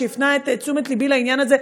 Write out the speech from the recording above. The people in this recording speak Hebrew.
שהפנה את תשומת לבי לעניין הזה.